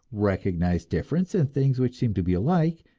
recognize difference in things which seem to be alike,